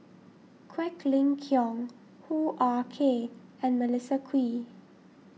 Quek Ling Kiong Hoo Ah Kay and Melissa Kwee